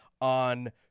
on